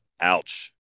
Ouch